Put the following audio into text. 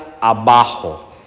abajo